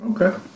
Okay